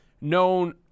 Known